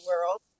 world